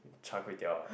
char-kway-teow ah